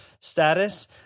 status